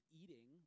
eating